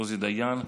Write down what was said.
עוזי דיין,